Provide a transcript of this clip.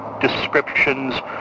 descriptions